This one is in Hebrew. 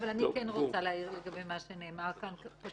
אבל אני כן רוצה להעיר לגבי מה שנאמר כאן.